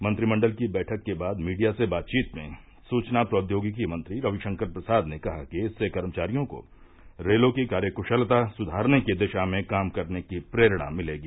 मंत्रिमंडल की बैठक के बाद मीडिया से बातचीत में सूचना प्रोद्योगिकी मंत्री रविशंकर प्रसाद ने कहा कि इससे कर्मचारियों को रेलों की कार्यकुशलता सुधारने की दिशा में काम करने की प्रेरणा मिलेगी